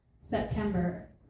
September